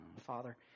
Father